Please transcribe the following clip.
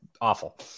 awful